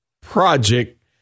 project